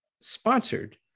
sponsored